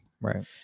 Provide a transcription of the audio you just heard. Right